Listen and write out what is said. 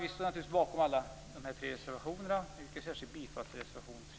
Vi står naturligtvis bakom alla dessa tre reservationer, men jag yrkar bifall bara till reservation 3.